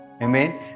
Amen